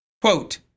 Quote